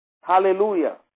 hallelujah